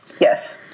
Yes